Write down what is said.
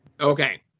Okay